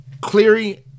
Cleary